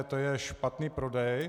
To je špatný prodej.